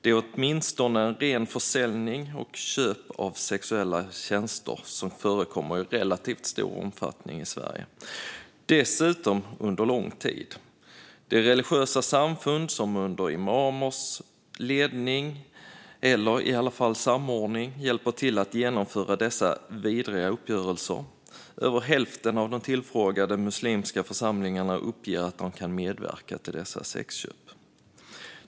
Det är åtminstone ren försäljning och köp av sexuella tjänster som förekommer i relativt stor omfattning i Sverige - dessutom under lång tid. Det är religiösa samfund som under imamers ledning, eller i alla fall samordning, hjälper till att genomföra dessa vidriga uppgörelser. Över hälften av de tillfrågade muslimska församlingarna uppger att de kan medverka till dessa sexköp.